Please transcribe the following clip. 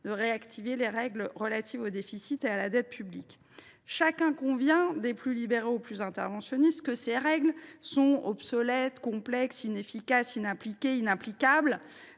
d’une réactivation des règles relatives au déficit et à la dette publique. Chacun convient, des plus libéraux aux plus interventionnistes, que ces règles sont obsolètes, complexes, inefficaces, inappliquées et inapplicables.